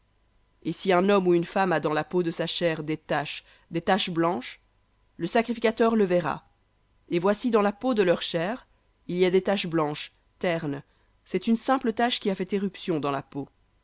et si un homme ou une femme a dans la peau de sa chair des taches des taches blanches le sacrificateur le verra et voici dans la peau de leur chair il y a des taches blanches ternes c'est une simple tache qui a fait éruption dans la peau